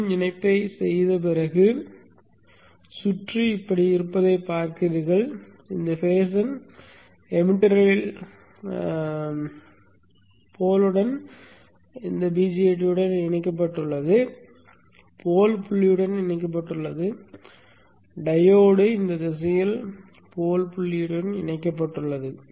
மீண்டும் இணைப்பைச் செய்த பிறகு சுற்று இப்படி இருப்பதைப் பார்க்கிறீர்கள் இந்த ஃபேஷன் எமிட்டரில் போல் புள்ளியுடன் BJT இணைக்கப்பட்டுள்ளது போல் புள்ளியுடன் இணைக்கப்பட்டுள்ளது டையோடு இந்த திசையில் போல் புள்ளியுடன் இணைக்கப்பட்டுள்ளது